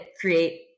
create